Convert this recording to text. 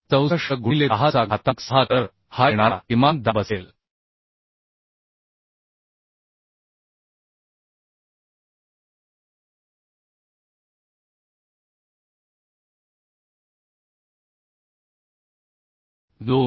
64 गुणिले 10चा घातांक 6 तर हा येणारा किमान दाब असेल 2